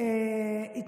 מי יודע מה.